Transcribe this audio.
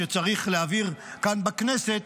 שצריך להעביר כאן בכנסת,